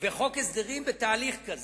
וחוק הסדרים בתהליך כזה.